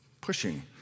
pushing